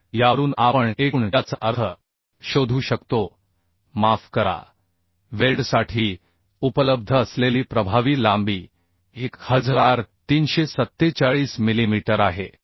तर यावरून आपण एकूण याचा अर्थ शोधू शकतो माफ करा वेल्डसाठी उपलब्ध असलेली प्रभावी लांबी 1347 मिलीमीटर आहे